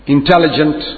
intelligent